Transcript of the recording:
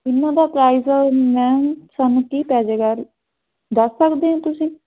ਇਹਨਾਂ ਦਾ price ma'am ਸਾਨੂੰ ਕੀ ਪੈ ਜਾਏਗਾ ਦੱਸ ਸਕਦੇ ਹੋ ਤੁਸੀਂ